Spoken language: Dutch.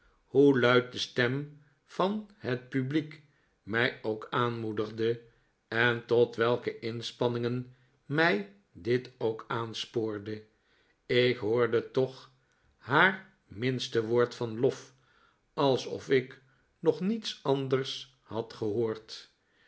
hoe luid de stem van het p'ubliek mij ook aanmoedigde en tot welke inspanningen mij dit ook aanspoorde ik hoorde toch haar minste woord van lof alsof ik nog niets anders had gehoord